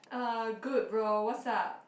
uh good bro what's up